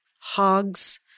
hogs